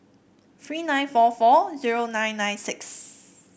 three nine four four zero nine nine six